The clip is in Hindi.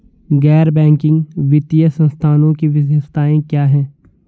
गैर बैंकिंग वित्तीय संस्थानों की विशेषताएं क्या हैं?